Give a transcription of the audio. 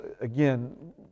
again